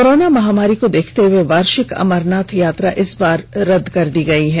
corona महामारी को देखते हुए वार्षिक अमरनाथ यात्रा इस बार रद्द कर दी गई है